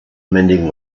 mending